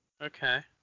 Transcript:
Okay